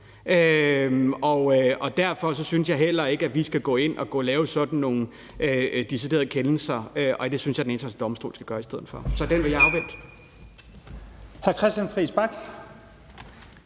Derfor synes jeg heller ikke, at vi skal gå ind og lave sådan nogle deciderede kendelser, for det synes jeg Den Internationale Domstol skal gøre i stedet for. Så den vil jeg afvente.